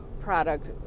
product